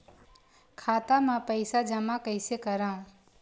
खाता म पईसा जमा कइसे करव?